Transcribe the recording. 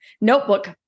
notebook